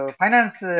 finance